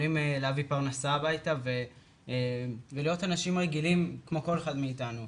שהם יכולים להביא פרנסה הביתה ולהית אנשים רגילים כמו כל אחד מאתנו.